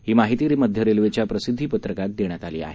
अशी माहिती मध्य रेल्वेच्या प्रसिद्धी पत्रकात देण्यात आली आहे